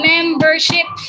Membership